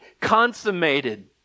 consummated